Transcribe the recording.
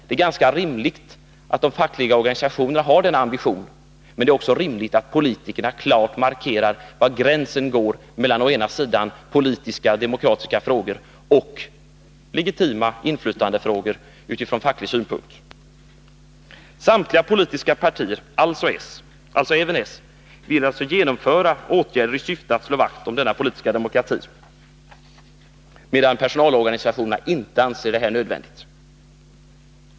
Det är ganska rimligt att de fackliga organisationerna har denna ambition, men det är också rimligt att politikerna klart markerar var gränsen går mellan å ena sidan den politiska demokratin och å andra sidan legitima inflytandefrågor utifrån facklig synpunkt. Samtliga politiska partier — alltså även socialdernhokraterna — vill genomföra åtgärder i syfte att slå vakt om den politiska demokratin, medan personalorganisationerna inte anser detta nödvändigt.